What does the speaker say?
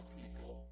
people